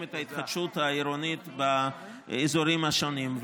את ההתחדשות העירונית באזורים השונים.